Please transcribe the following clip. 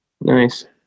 Nice